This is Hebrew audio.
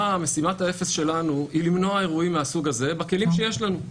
משימת האפס שלנו היא למנוע אירועים מהסוג הזה בכלים שיש לנו.